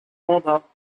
vendat